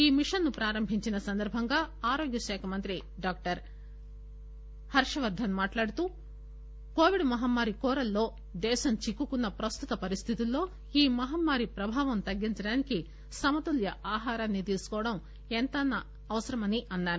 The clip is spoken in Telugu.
ఈ మిషన్ ను ప్రారంభించిన సందర్బంగా ఆరోగ్యశాఖ మంత్రి డాక్టర్ హర్షవర్దన్ మాట్టాడుతూ కోవిడ్ మహమ్మారి కోరల్లో దేశం చిక్కుకున్న ప్రస్తుత పరిస్థితుల్లో ఈ మహమ్మారి ప్రభావం తగ్గించడానికి సమతుల్య ఆహారాన్ని తీసుకోవడం ఎంతైనా అవసరమని అన్నారు